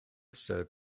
serve